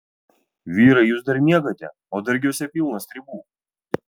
vyrai jūs dar miegate o dargiuose pilna stribų